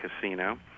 casino